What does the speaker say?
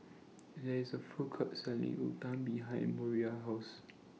There IS A Food Court Selling Uthapam behind Moriah's House